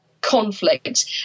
conflict